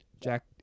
Jack